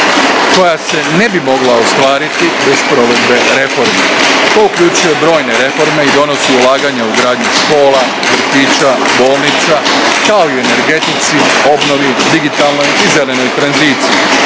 koja se ne bi mogla ostvariti bez provedbe reformi. To uključuje brojne reforme i donosi ulaganja u gradnju škola, vrtića, bolnica, kao i u energetici, obnovi, digitalnoj i zelenoj tranziciji.